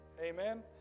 Amen